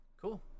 cool